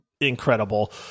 incredible